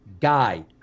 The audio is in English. guy